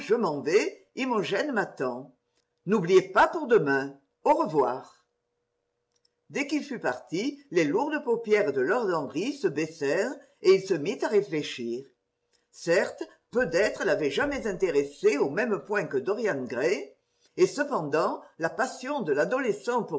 je m'en vais imogène m'attend n'oubliez pas pour demain au revoir dès qu'il fut parti les lourdes paupières de lord henry se baissèrent et il se mit à réfléchir certes peu d'êtres l'avaient jamais intéressé au même point que dorian gray et cependant la passion de l'adolescent